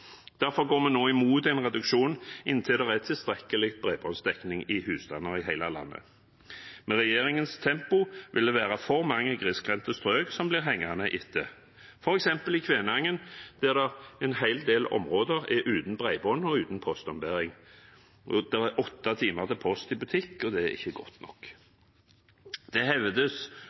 Derfor går vi nå imot en reduksjon inntil det er tilstrekkelig bredbåndsdekning i husstander i hele landet. Med regjeringens tempo vil det være for mange grisgrendte strøk som blir hengende etter, f.eks. i Kvænangen, der en hel del områder er uten bredbånd og uten postombæring, og der det er åtte timer til Post i butikk. Det er ikke godt nok. Det hevdes